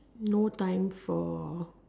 no time for